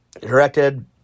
directed